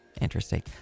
interesting